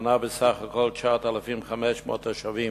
מונה בסך הכול 9,500 תושבים